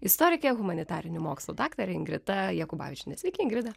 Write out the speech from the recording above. istorikė humanitarinių mokslų daktarė ingrida jakubavičienė sveiki ingrida